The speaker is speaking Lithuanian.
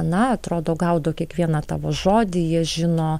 na atrodo gaudo kiekvieną tavo žodį jie žino